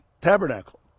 tabernacle